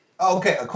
Okay